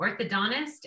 orthodontist